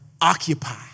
occupy